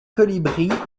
colibris